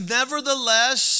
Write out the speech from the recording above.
nevertheless